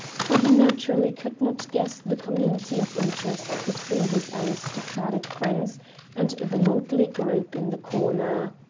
for he naturally could not guess the community of interest between his aristocratic friends and the motley group in the corner.